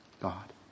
God